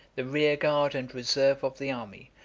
the rear-guard and reserve of the army,